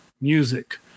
music